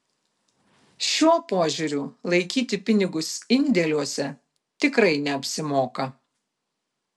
šiuo požiūriu laikyti pinigus indėliuose tikrai neapsimoka